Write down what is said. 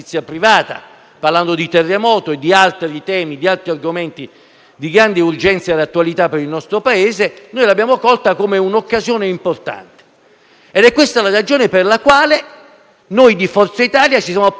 privata, di terremoto e di altri temi di grande urgenza ed attualità per il nostro Paese, noi l'abbiamo colta come un'occasione importante. È questa la ragione per la quale noi di Forza Italia ci siamo posti